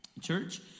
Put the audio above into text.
church